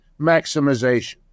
maximization